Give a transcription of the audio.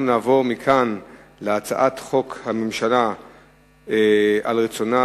נעבור מכאן להודעת הממשלה על רצונה